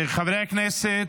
חברי הכנסת,